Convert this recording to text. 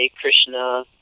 Krishna